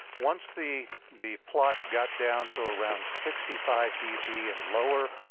once the the plot got down to around sixty five db and lower,